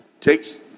takes